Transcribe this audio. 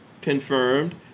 confirmed